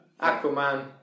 Aquaman